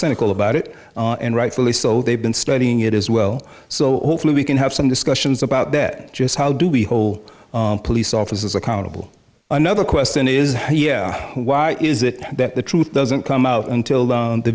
cynical about it and rightfully so they've been studying it as well so hopefully we can have some discussions about that just how do we whole police officers accountable another question is why is it that the truth doesn't come out until